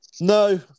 No